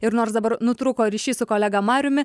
ir nors dabar nutrūko ryšys su kolega mariumi